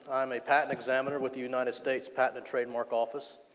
i'm a patent examiner with the united states patent and trademark office.